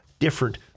different